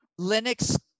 Linux